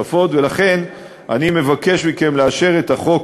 ולכן אני מבקש מכם לאשר את החוק